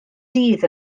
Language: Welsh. dydd